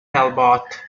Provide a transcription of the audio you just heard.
talbot